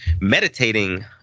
meditating